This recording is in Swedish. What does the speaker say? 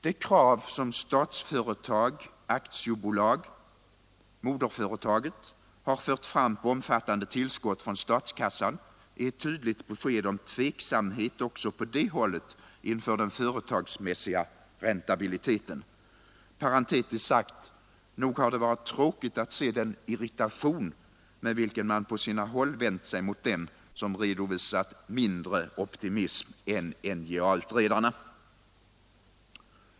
Det krav som Statsföretag AB, moderföretaget, har fört fram på omfattande tillskott från statskassan är ett tydligt besked om tveksamhet också på det hållet inför den företagsmässiga räntabiliteten. Parentetiskt sagt: Nog har det varit tråkigt att se den irritation med vilken man på sina håll vänt sig mot dem som redovisat mindre optimism än NJA-utredarna.